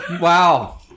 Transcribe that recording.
Wow